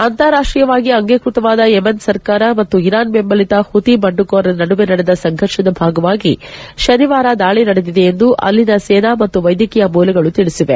ಅಂತಾರಾಷ್ಷೀಯವಾಗಿ ಅಂಗೀಕೃತವಾದ ಯೆಮನ್ ಸರ್ಕಾರ ಮತ್ತು ಇರಾನ್ ಬೆಂಬಲಿತ ಹುತಿ ಬಂಡುಕೋರರ ನಡುವೆ ನಡೆದ ಸಂಫರ್ಷದ ಭಾಗವಾಗಿ ಶನಿವಾರ ದಾಳಿ ನಡೆದಿದೆ ಎಂದು ಅಲ್ಲಿನ ಸೇನಾ ಮತ್ತು ವೈದ್ಯಕೀಯ ಮೂಲಗಳು ತಿಳಿಸಿದೆ